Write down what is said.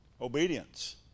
obedience